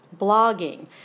blogging